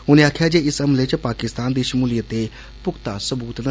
उनें आक्खेआ जे इस हमले च पाकिस्तान दी शमूलियत दे पुखता सबूत न